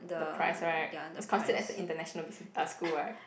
the price right is considered as a international busi~ uh school right